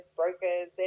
brokers